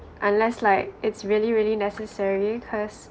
unless like it's really really necessary cause